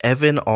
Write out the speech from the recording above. Evan